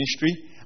ministry